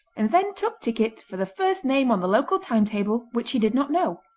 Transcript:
and then took ticket for the first name on the local time-table which he did not know.